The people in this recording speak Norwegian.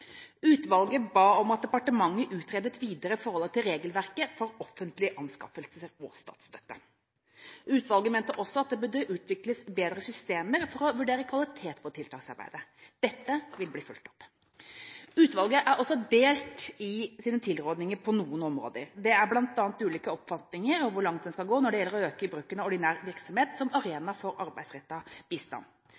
Utvalget ba om at departementet utredet videre forholdet til regelverket for offentlig anskaffelse og statsstøtte. Utvalget mente også det burde utvikles bedre systemer for å vurdere kvalitet på tiltaksarbeidet. Dette vil bli fulgt opp. Utvalget er også delt i sine tilrådinger på noen områder. Det er bl.a. ulike oppfatninger om hvor langt en skal gå når det gjelder å øke bruken av ordinær virksomhet som